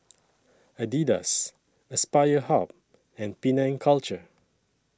Adidas Aspire Hub and Penang Culture